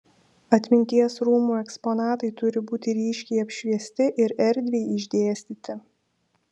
atminties rūmų eksponatai turi būti ryškiai apšviesti ir erdviai išdėstyti